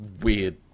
weird